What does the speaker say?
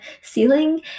ceiling